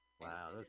Wow